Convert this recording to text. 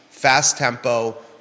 fast-tempo